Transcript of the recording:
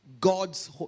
God's